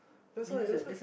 that's right that's right